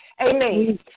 Amen